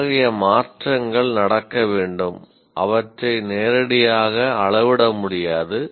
அத்தகைய மாற்றங்கள் நடக்க வேண்டும் அவற்றை நேரடியாக அளவிட முடியாது